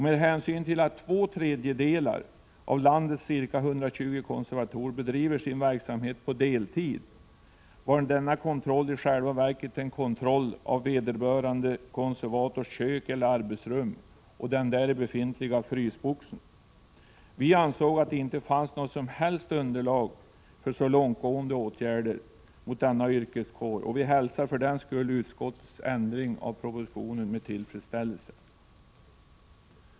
Med hänsyn till att två tredjedelar av landets ca 120 konservatorer bedriver sin verksamhet på deltid var denna kontroll i själva verket en kontroll av vederbörande konservators kök eller arbetsrum och den däri befintliga frysboxen. Vi ansåg att det inte fanns något som helst underlag för så långtgående åtgärder mot denna yrkeskår och hälsar för den skull den ändring som utskottet föreslår med tillfredsställelse.